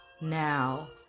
now